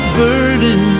burden